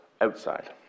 outside